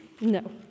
No